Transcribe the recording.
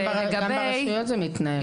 גם ברשויות זה מתנהל.